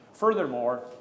Furthermore